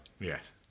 Yes